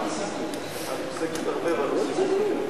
את עוסקת הרבה בנושאים האלה.